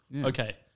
Okay